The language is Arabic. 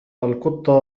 القطة